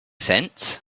sense